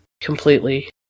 completely